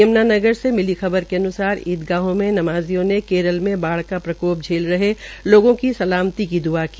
यम्नानगर से मिली खबर के अन्सार ईदगाहों में नमाजियों ने केरल में बाढ़ का प्रकोप झेल रहे लोगों की सलामती की द्आ की